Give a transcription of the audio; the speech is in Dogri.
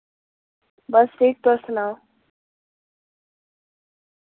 बस ठीक तुस सनाओ